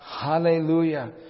Hallelujah